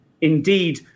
indeed